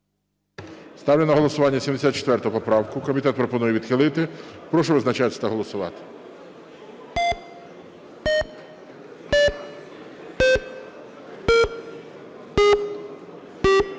Ставлю на голосування 74 поправку. Комітет пропонує відхилити. Прошу визначатись та голосувати. 13:01:34